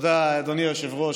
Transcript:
תודה, אדוני היושב-ראש.